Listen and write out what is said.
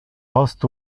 post